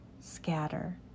scatter